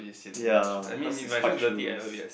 ya cause it's fight shoes